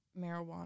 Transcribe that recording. marijuana